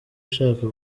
ishaka